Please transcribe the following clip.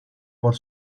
por